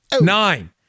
Nine